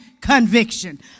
conviction